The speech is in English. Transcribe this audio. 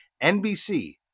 NBC